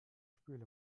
spüle